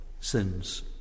sins